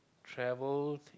travelled